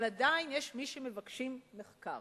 אבל עדיין יש מי שמבקשים מחקר.